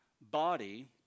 Body